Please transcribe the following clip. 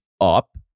up